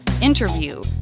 interview